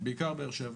בעיקר מבאר שבע.